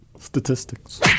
Statistics